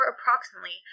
approximately